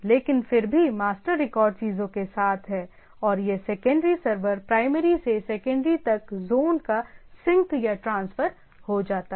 लेकिन फिर भी मास्टर रिकॉर्ड चीजों के साथ है और यह सेकेंडरी सर्वर प्राइमरी से सेकेंडरी तक ज़ोन का सिंक या ट्रांसफर हो जाता है